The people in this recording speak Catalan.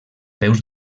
peus